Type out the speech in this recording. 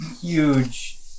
huge